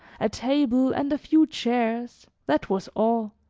a table and a few chairs, that was all,